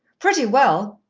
pretty well.